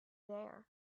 there